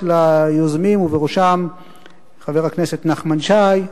ולהודות ליוזמים, ובראשם חבר הכנסת נחמן שי,